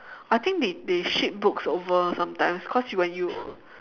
I think they they ship books over sometimes because when you